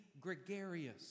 gregarious